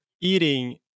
eating